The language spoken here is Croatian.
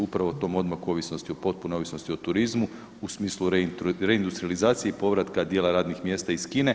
Upravo tom odmaku ovisnosti o potpunoj ovisnosti o turizmu, u smislu reindustrijalizacije i povratka dijela radnih mjesta iz Kine [[Upadica: Vrijeme.]] pa i Hrvatsku.